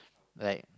like